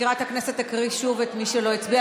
מזכירת הכנסת תקריא שוב את שמות מי שלא הצביע,